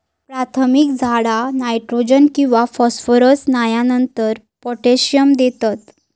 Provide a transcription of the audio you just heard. प्राथमिक झाडा नायट्रोजन किंवा फॉस्फरस नायतर पोटॅशियम देतत